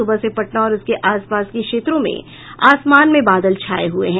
सुबह से पटना और उसके आस पास के क्षेत्रों में आसमान में बादल छाये हुए हैं